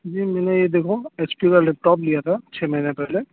جی میں نے H P کا لیپ ٹاپ لیا تھا چھ مہینے پہلے